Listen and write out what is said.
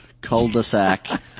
cul-de-sac